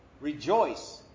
Rejoice